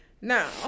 Now